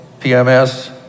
PMS